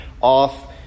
off